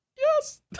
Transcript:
Yes